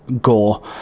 gore